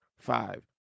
five